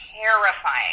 terrifying